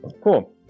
Cool